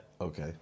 Okay